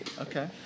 okay